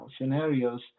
scenarios